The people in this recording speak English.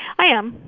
i am.